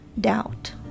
doubt